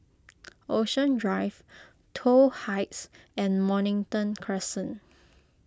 Ocean Drive Toh Heights and Mornington Crescent